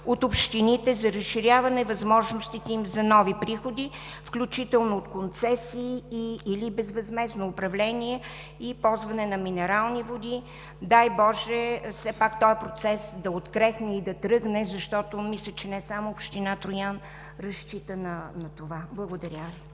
от общините за разширяване възможностите им за нови приходи, включително от концесии и/или безвъзмездно управление и ползване на минерални води. Дай Боже все пак тоя процес да открехне и да тръгне, защото мисля, че не само община Троян разчита на това. Благодаря